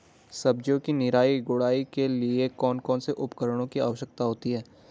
सब्जियों की निराई गुड़ाई के लिए कौन कौन से उपकरणों की आवश्यकता होती है?